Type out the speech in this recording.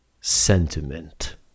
sentiment